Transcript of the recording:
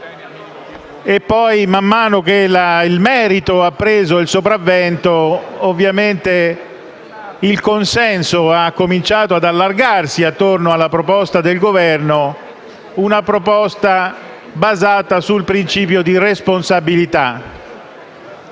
e poi, a mano a mano che il merito ha preso il sopravvento, ovviamente il consenso ha cominciato ad allargarsi intorno alla proposta del Governo, una proposta basata sul principio di responsabilità.